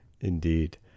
Indeed